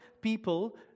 People